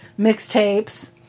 mixtapes